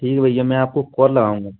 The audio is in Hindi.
ठीक है भैया मैं आपको कॉल लगाऊँगा